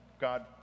God